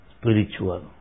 spiritual